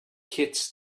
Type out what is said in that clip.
kids